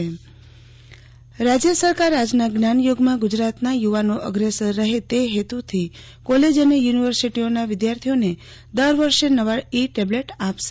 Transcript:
આરતી ભટ્ટ રાજ્ય સરકાર e tablet રાજ્ય સરકાર આજના જ્ઞાનયુગમાં ગુજરાતના યુવાનો અગ્રેસર રહે તે હેતુથી કોલેજ અને યુનિવર્સિટીઓના વિદ્યાર્થીઓને દર વર્ષે નવો ઈ ટેબલેટ આપશે